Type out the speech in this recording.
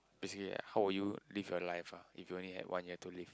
basically like how would you live your life ah if you only had one year to live